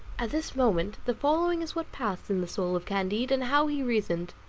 at this moment, the following is what passed in the soul of candide, and how he reasoned